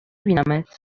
بینمت